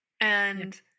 And-